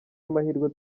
amahirwe